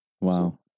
Wow